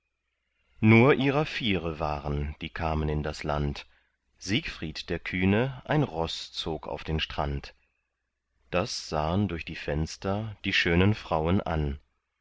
nur ihrer viere waren die kamen in das land siegfried der kühne ein roß zog auf den strand das sahen durch die fenster die schönen frauen an